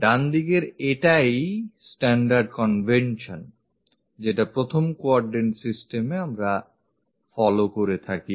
ডানদিকের এটাই প্রচলিত নিয়ম যেটা প্রথম quadrant systems এ আমরা follow করে থাকি